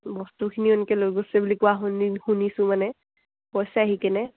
বস্তুখিনিও এনেকৈ লৈ গৈছে বুলি কোৱা শুনি শুনিছোঁ মানে কৈছে আহি কেনে